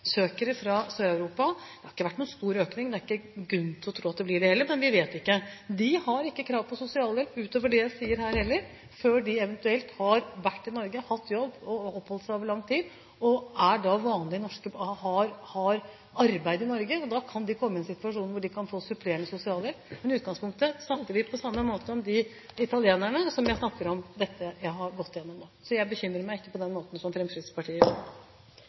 fra Sør-Europa. Det har ikke vært noen stor økning. Det er ikke grunn til å tro at det blir det heller, men vi vet ikke. De har ikke krav på sosialhjelp utover det jeg sier her, før de eventuelt har vært i Norge, hatt jobb og oppholdt seg her over lang tid – har arbeid i Norge. Da kan de komme i en situasjon hvor de kan få supplerende sosialhjelp. Men i utgangspunktet snakker vi på samme måte om de italienerne, slik jeg har gått igjennom nå. Så jeg bekymrer meg ikke på den måten som Fremskrittspartiet gjør.